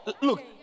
look